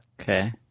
Okay